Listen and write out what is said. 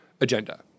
agenda